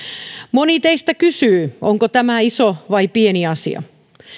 moni teistä kysyy onko tämä iso vai pieni asia